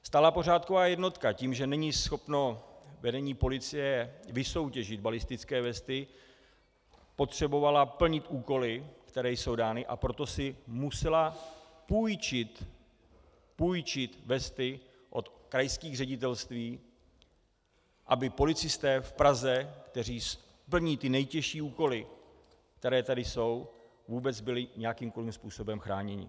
Stálá pořádková jednotka tím, že není schopno vedení policie vysoutěžit balistické vesty, potřebovala plnit úkoly, které jsou dány, a proto si musela půjčit vesty od krajských ředitelství, aby policisté v Praze, kteří plní ty nejtěžší úkoly, které tady jsou, vůbec byli jakýmkoli způsobem chráněni.